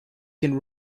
can